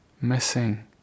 missing